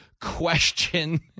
question